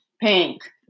pink